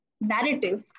narrative